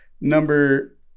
number